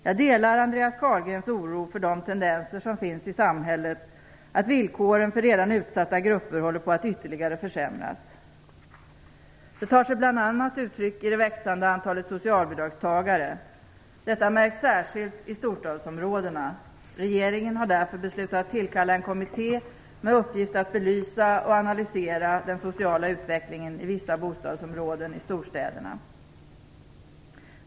Jag delar Andreas Carlgrens oro för de tendenser som finns i samhället att villkoren för redan utsatta grupper håller på att ytterligare försämras. Det tar sig bl.a. uttryck i det växande antalet socialbidragstagare. Detta märks särskilt i storstadsområdena. Regeringen har därför beslutat tillkalla en kommitté med uppgift att belysa och analysera den sociala utvecklingen i vissa bostadsområden i storstäderna.